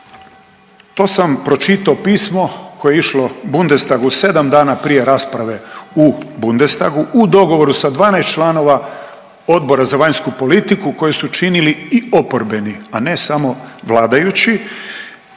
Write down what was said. To sam pročitao pismo koje je išlo Bundestagu 7 dana prije rasprave u Bundestagu u dogovoru sa 12 članova Odbora za vanjsku politiku koju su činili i oporbeni a ne samo vladajući